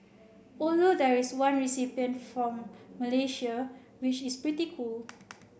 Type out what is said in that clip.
although there is one recipient from Malaysia which is pretty cool